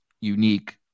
unique